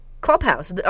clubhouse